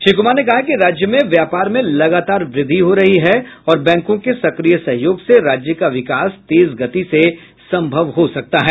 श्री कुमार ने कहा कि राज्य में व्यापार में लगातार वृद्धि हो रही है और बैंकों के सक्रिय सहयोग से राज्य का विकास तेज गति से संभव हो सकता है